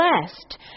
blessed